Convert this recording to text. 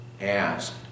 asked